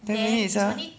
ten minutes sia